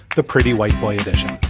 the pretty white boy edition.